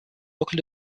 local